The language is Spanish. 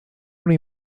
una